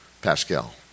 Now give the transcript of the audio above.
pascal